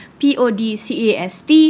p-o-d-c-a-s-t